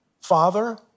Father